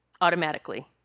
automatically